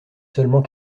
seulement